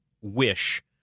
wish